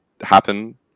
happen